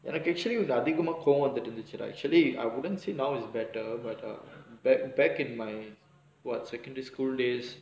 எனக்கு:enakku actually வந்து அதிகமா கோவோ வந்துட்டு இருந்துச்சுடா:vanthu athigamaa kovo vanthuttu irunthuchudaa actually I wouldn't say now is better but uh back back in my [what] secondary school days